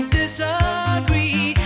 disagree